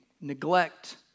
neglect